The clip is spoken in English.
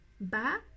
ba